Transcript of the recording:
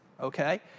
okay